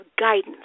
guidance